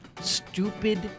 stupid